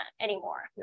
anymore